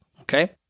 Okay